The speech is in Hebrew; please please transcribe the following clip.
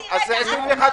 אני לא מסכים לזה.